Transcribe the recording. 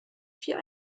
vier